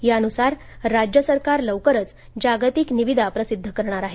यानुसार राज्य सरकार लवकरच जागतिक निविदा प्रसिद्ध करणार आहे